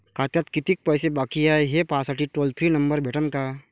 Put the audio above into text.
खात्यात कितीकं पैसे बाकी हाय, हे पाहासाठी टोल फ्री नंबर भेटन का?